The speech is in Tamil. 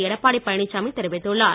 எடப்பாடி பழனிச்சாமி தெரிவித்துள்ளார்